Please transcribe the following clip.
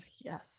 Yes